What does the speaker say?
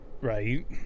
Right